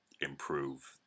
improve